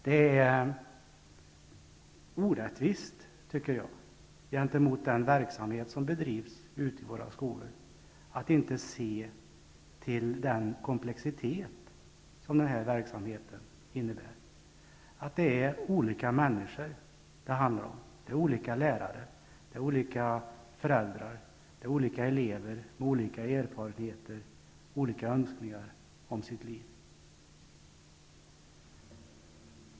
Det är orättvist mot den verksamhet som bedrivs ute i våra skolor, att inte se till den komplexitet som den här verksamheten innebär. Det handlar om olika människor, olika lärare, olika föräldrar och olika elever med olika erfarenheter och önskningar om sitt liv.